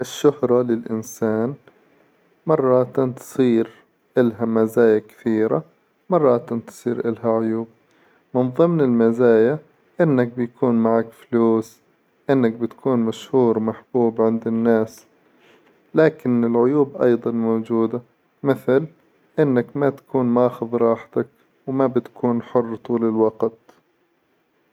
الشهرة للإنسان مرة تصير إلها مزايا كثيرة مرة تصير إلها عيوب، من ظمن المزايا إنك بيكون معك فلوس، إنك بتكون مشهور محبوب عند الناس، لكن العيوب أيظا موجودة مثل إنك ما تكون ماخذ راحتك وما بتكون حر طول الوقت.